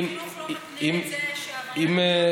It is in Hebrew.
אבל למה משרד החינוך לא מתנה את זה שעבריין מין